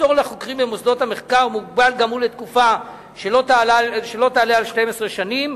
הפטור לחוקרים במוסדות המחקר מוגבל גם הוא לתקופה שלא תעלה על 12 שנים,